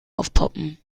aufpoppen